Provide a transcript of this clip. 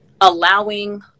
allowing